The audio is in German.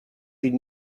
sie